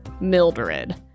Mildred